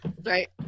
Right